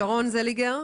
גברת שרון זליגר.